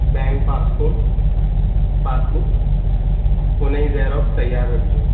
bank passbook passbook हुनजी xerox तियारु रखिजो